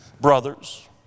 Brothers